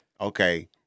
okay